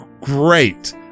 great